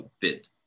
fit